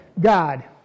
God